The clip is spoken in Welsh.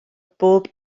bob